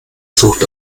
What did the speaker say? sucht